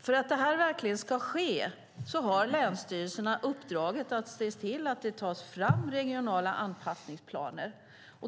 För att det verkligen ska ske har länsstyrelserna i uppdrag att se till att det tas fram regionala anpassningsplaner.